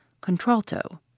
Contralto